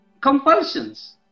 Compulsions